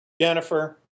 Jennifer